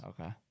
Okay